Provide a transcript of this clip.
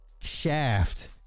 shaft